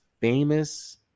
famous